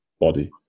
body